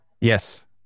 Yes